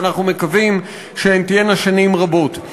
ואנחנו מקווים שהן תהיינה שנים רבות.